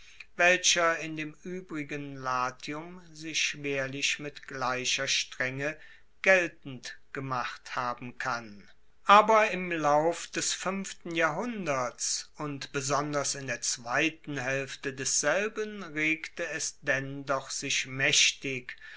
welcher in dem uebrigen latium sich schwerlich mit gleicher strenge geltend gemacht haben kann aber im lauf des fuenften jahrhunderts und besonders in der zweiten haelfte desselben regte es denn doch sich maechtig